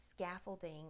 scaffolding